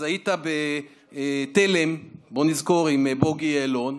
אז היית בתל"ם, בוא נזכור, עם בוגי יעלון,